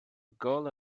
girl